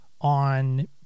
on